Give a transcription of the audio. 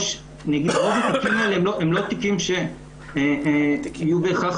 רוב התיקים של אינוס של קטין הם לא תיקים שיהיו בהכרח